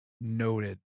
noted